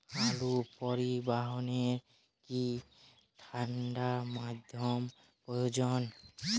আলু পরিবহনে কি ঠাণ্ডা মাধ্যম প্রয়োজন?